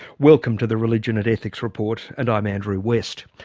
welcome to the religion and ethics report. and i'm andrew west.